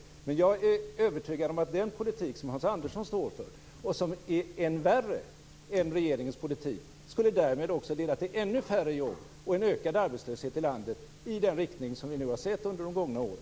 Men jag är övertygad om att den politik som Hans Andersson står för, och som är än värre än regeringens politik, därmed också skulle leda till ännu färre jobb och en ökad arbetslöshet i landet i den riktning som vi har sett under de gångna åren.